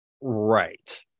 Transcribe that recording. Right